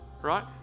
right